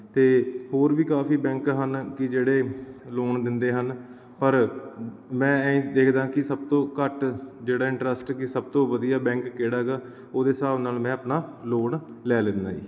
ਅਤੇ ਹੋਰ ਵੀ ਕਾਫੀ ਬੈਂਕ ਹਨ ਕਿ ਜਿਹੜੇ ਲੋਨ ਦਿੰਦੇ ਹਨ ਪਰ ਮੈਂ ਇਹ ਦੇਖਦਾ ਕਿ ਸਭ ਤੋਂ ਘੱਟ ਜਿਹੜਾ ਇੰਟਰਸਟ ਕਿ ਸਭ ਤੋਂ ਵਧੀਆ ਬੈਂਕ ਕਿਹੜਾ ਹੈਗਾ ਉਹਦੇ ਹਿਸਾਬ ਨਾਲ ਮੈਂ ਆਪਣਾ ਲੋਨ ਲੈ ਲੈਂਦਾ ਜੀ